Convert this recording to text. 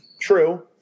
True